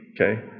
Okay